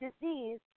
disease